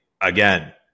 again